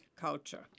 culture